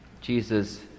Jesus